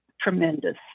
tremendous